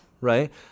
right